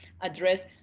address